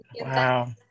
Wow